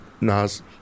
Nas